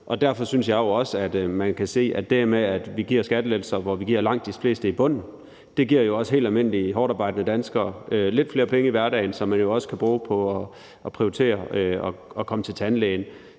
derfor synes jeg jo også, at man kan se, at det, at vi giver skattelettelser til langt de fleste i bunden, jo også giver helt almindelige hårdtarbejdende danskere lidt flere penge i hverdagen, som man jo også kan bruge på at prioritere at komme til tandlægen.